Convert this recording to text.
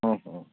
ம்ஹூ